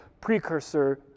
precursor